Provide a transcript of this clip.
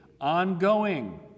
Ongoing